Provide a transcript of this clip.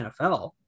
NFL